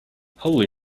holy